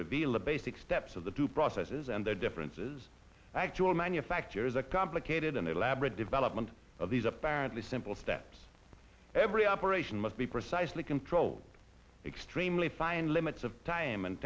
reveal the basic steps of the two processes and their differences actual manufacture is a complicated and elaborate development of these apparently simple steps every operation must be precisely controlled extremely fine limits of time and